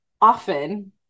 often